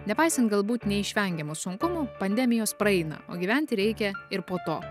nepaisant galbūt neišvengiamų sunkumų pandemijos praeina o gyventi reikia ir po to